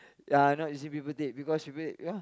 ya not using paper plate because paper plate you know